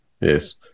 Yes